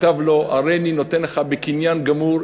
כתב לו: הריני נותן לך בקניין גמור,